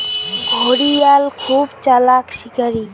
ঘড়িয়াল খুব চালাক শিকারী